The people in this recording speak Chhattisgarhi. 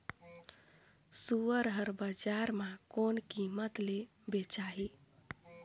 सुअर हर बजार मां कोन कीमत ले बेचाही?